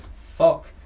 Fuck